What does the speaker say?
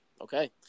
Okay